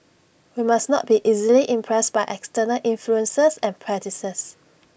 we must not be easily impressed by external influences and practices